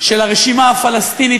של הרשימה הפלסטינית,